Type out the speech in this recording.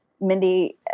Mindy